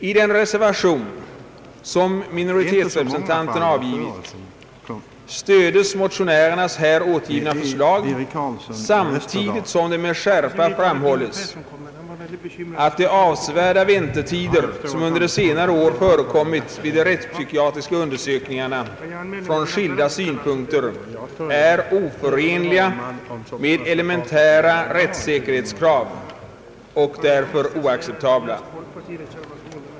I den reservation som minoritetsrepresentanterna avgivit stödes motionärernas här återgivna förslag, samtidigt som det med skärpa framhålles att de avsevärda väntetider som under senare år förekommit i de rättspsykiatriska undersökningarna från skilda synpunkter är oförenliga med elementära rättssäkerhetskrav och därför oacceptabla.